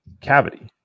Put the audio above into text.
cavity